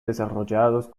desarrollados